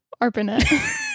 ARPANET